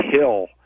hill